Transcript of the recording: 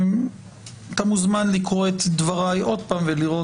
אתה מוזמן לקרוא את דברי עוד פעם ולראות